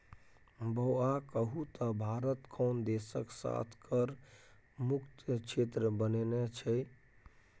बौआ कहु त भारत कोन देशक साथ कर मुक्त क्षेत्र बनेने छै?